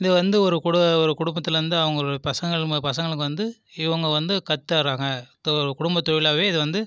இது வந்து ஒரு குடு ஒரு குடும்பத்லந்து அவங்ளோட பசங்கள் பசங்களுக்கு வந்து இவங்க வந்து கத்தாராங்க இத்தொரு குடும்பத்தொழிலாவே இது வந்து